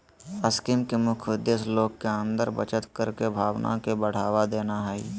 scheme के मुख्य उद्देश्य लोग के अंदर बचत करे के भावना के बढ़ावा देना हइ